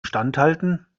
standhalten